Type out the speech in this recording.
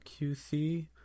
QC